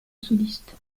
soliste